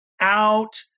out